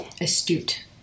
astute